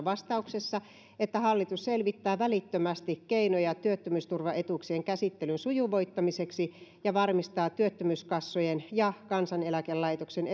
vastauksessa että hallitus selvittää välittömästi keinoja työttömyysturvaetuuksien käsittelyn sujuvoittamiseksi ja varmistaa työttömyyskassojen ja kansaneläkelaitoksen